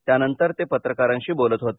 त्यानंतर ते पत्रकारांशी बोलत होते